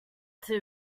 too